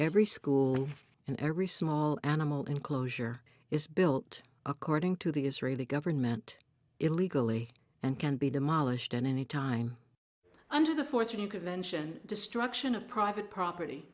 every school and every small animal enclosure is built according to the israeli government illegally and can be demolished at any time under the force or you could mention destruction of private property